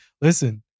listen